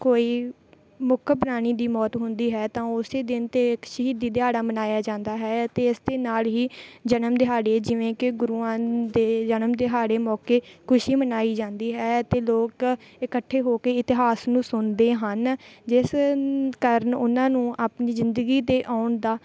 ਕੋਈ ਮੁੱਖ ਪ੍ਰਾਣੀ ਦੀ ਮੌਤ ਹੁੰਦੀ ਹੈ ਤਾਂ ਓਸੇ ਦਿਨ 'ਤੇ ਇੱਕ ਸ਼ਹੀਦੀ ਦਿਹਾੜਾ ਮਨਾਇਆ ਜਾਂਦਾ ਹੈ ਅਤੇ ਇਸ ਦੇ ਨਾਲ ਹੀ ਜਨਮ ਦਿਹਾੜੇ ਜਿਵੇਂ ਕਿ ਗੁਰੂਆਂ ਦੇ ਜਨਮ ਦਿਹਾੜੇ ਮੌਕੇ ਖੁਸ਼ੀ ਮਨਾਈ ਜਾਂਦੀ ਹੈ ਅਤੇ ਲੋਕ ਇਕੱਠੇ ਹੋ ਕੇ ਇਤਿਹਾਸ ਨੂੰ ਸੁਣਦੇ ਹਨ ਜਿਸ ਕਾਰਨ ਉਨ੍ਹਾਂ ਨੂੰ ਆਪਣੀ ਜ਼ਿੰਦਗੀ ਦੇ ਆਉਣ ਦਾ